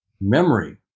memory